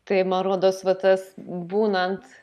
tai man rodos va tas būnant